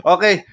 Okay